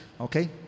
Okay